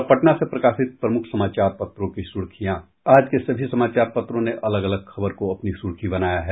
और अब पटना से प्रकाशित प्रमुख समाचार पत्रों की सुर्खियां आज के सभी समाचार पत्रों ने अलग अलग खबर को अपनी सुर्खी बनाया है